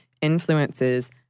influences